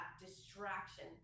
distraction